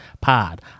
pod